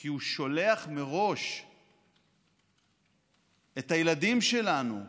כי הוא שולח מראש את הילדים שלנו,